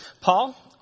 Paul